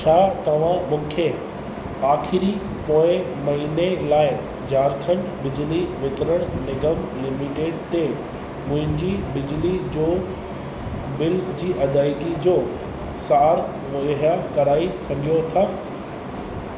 छा तव्हां मूंखे आखिरी पोएं महीने लाइ झारखंड बिजली वितरण निगम लिमिटेड ते मुंहिंजी बिजली जो बिल जी अदायगी जो सार मुहैया कराई सघो था